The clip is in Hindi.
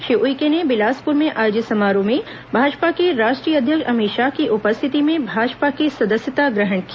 श्री उइके ने बिलासपुर में आयोजित समारोह में भाजपा के राष्ट्रीय अध्यक्ष अमित शाह की उपस्थिति में भाजपा की सदस्यता ग्रहण की